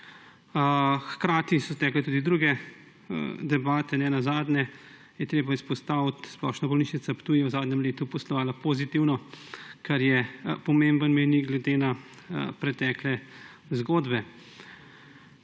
Hkrati so tekle tudi druge debate, ne nazadnje je treba izpostaviti, da je Splošna bolnišnica Ptuj v zadnjem letu poslovala pozitivno, kar je pomemben mejnik glede na pretekle zgodbe.